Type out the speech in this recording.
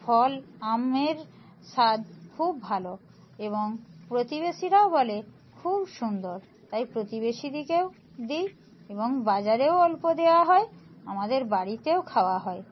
ফল আমের স্বাদ খুব ভালো এবং প্রতিবেশীরাও বলে খুব সুন্দর তাই প্রতিবেশীদিকেও দিই এবং বাজারেও অল্প দেয়া হয় আমাদের বাড়িতেও খাওয়া হয়